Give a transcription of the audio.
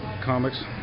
comics